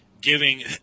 giving